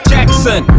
Jackson